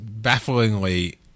Bafflingly